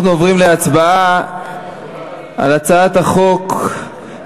אנחנו עוברים להצבעה בקריאה ראשונה על הצעת החוק לתיקון